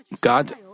God